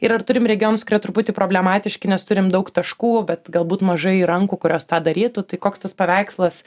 ir ar turim regionus kurie truputį problematiški nes turim daug taškų bet galbūt mažai rankų kurios tą darytų tai koks tas paveikslas